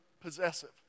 possessive